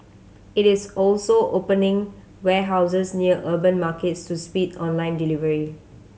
it is also opening warehouses near urban markets to speed online delivery